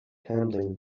handling